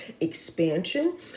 expansion